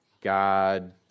God